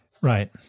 Right